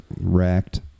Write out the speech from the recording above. wrecked